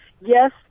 Yes